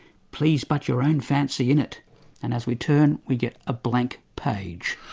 please but your own fancy in it. and as we turn, we get a blank page,